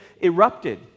erupted